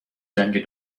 جنگ